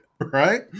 right